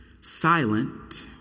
Silent